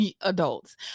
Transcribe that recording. adults